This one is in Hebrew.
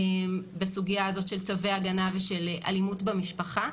בסוגייה הזאת של צווי הגנה ושל אלימות במשפחה.